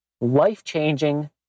life-changing